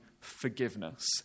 forgiveness